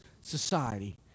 society